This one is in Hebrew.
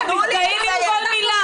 אנחנו מזדהים עם כל מילה